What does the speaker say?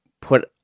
put